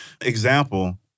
Example